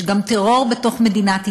יש גם טרור בתוך מדינת ישראל,